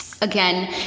again